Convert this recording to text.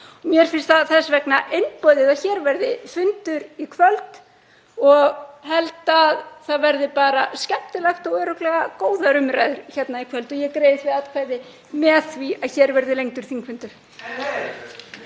Mér finnst þess vegna einboðið að hér verði fundur í kvöld og held að það verði bara skemmtilegt og örugglega góðar umræður hérna í kvöld. Ég greiði því atkvæði með því að hér verði lengdur þingfundur.